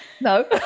No